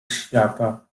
świata